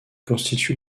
constitue